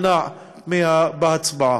אז נראה לי שאנחנו ברשימה המשותפת נימנע בהצבעה.